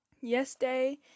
Yesterday